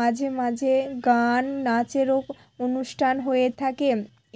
মাঝে মাঝে গান নাচেরও অনুষ্ঠান হয়ে থাকে